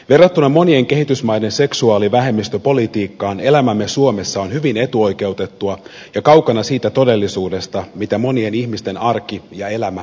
verrattuna monien kehitysmaiden seksuaalivähemmistöpolitiikkaan elämämme suomessa on hyvin etuoikeutettua ja kaukana siitä todellisuudesta mitä monien ihmisten arki ja elämä on päivittäin